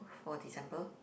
for December